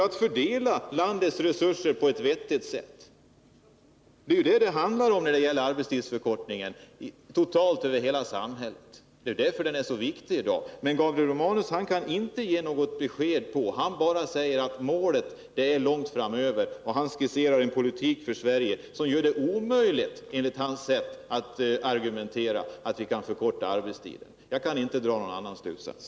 Att fördela landets resurser på ett vettigt sätt totalt över hela samhället, det är vad arbetstidsförkortningen handlar om. Det är därför den frågan är så viktig i dag. Men Gabriel Romanus kan inte ge något besked. Han säger att målet ligger långt framöver, och han skisserar en politik för Sverige som enligt hans sätt att argumentera gör det omöjligt att förkorta arbetstiden. Jag kan inte dra någon annan slutsats.